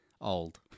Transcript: old